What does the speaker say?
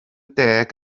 deg